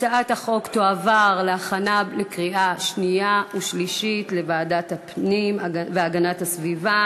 הצעת החוק תועבר להכנה לקריאה שנייה ושלישית לוועדת הפנים והגנת הסביבה.